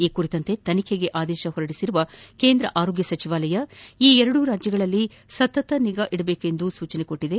ಈ ಕುರಿತಂತೆ ತನಿಖೆಗೆ ಆದೇಶಿಸಿರುವ ಕೇಂದ್ರ ಆರೋಗ್ಯ ಸಚಿವಾಲಯ ಎರಡೂ ರಾಜ್ಯಗಳಲ್ಲಿ ಸತತ ನಿಗಾವಹಿಸುವಂತೆ ಸೂಚಿಸಿದೆ